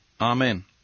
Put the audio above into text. Amen